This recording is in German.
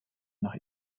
nach